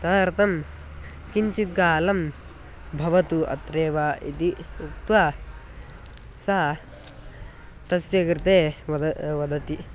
तदर्थं किञ्चित् कालं भवतु अत्रैव इति उक्त्वा सा तस्य कृते वदति वदति